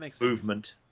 movement